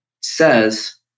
says